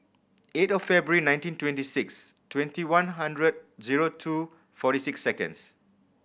eight of February nineteen twenty six twenty one hundred zero two forty six seconds